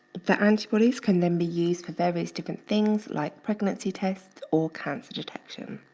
the antibodies can then be used for various different things like pregnancy tests or cancer detection.